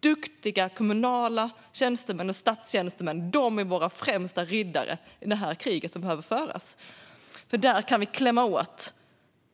Duktiga kommunala tjänstemän och statstjänstemän är våra främsta riddare i det krig som behöver föras. Här kan vi komma åt